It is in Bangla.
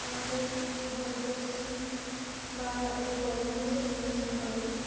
আমাদের ভারতবর্ষে বা এই গরম দেশে নিয়ে আসা হয়